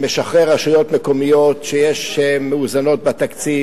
שמשחרר רשויות מקומיות שמאוזנות בתקציב,